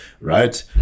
right